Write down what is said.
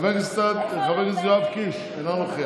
חבר הכנסת יואב קיש, אינו נוכח,